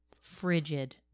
frigid